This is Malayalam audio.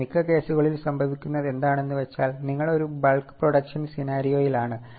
എന്നാൽ മിക്ക കേസുകളിലും സംഭവിക്കുന്നത് എന്താണെന്നുവെച്ചാൽ നിങ്ങൾ ഒരു ബൾക്ക് പ്രൊഡക്ഷൻ സിനാരിയോയിൽ ആണ്